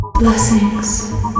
Blessings